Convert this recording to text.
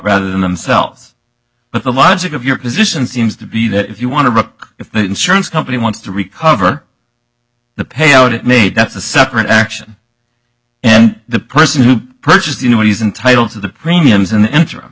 rather than themselves but the logic of your position seems to be that if you want to wreck if the insurance company wants to recover the payout it made that's a separate action and the person who purchased you know what he's entitled to the premiums in the interim